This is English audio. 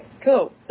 Cool